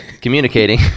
Communicating